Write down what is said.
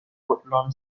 woodlawn